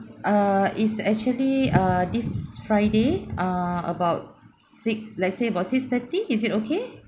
err is actually err this friday err about six let's say about six thirty is it okay